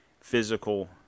physical